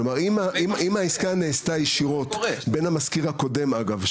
אם העסקה נעשתה ישירות בין המשכיר הקודם אגב,